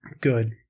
Good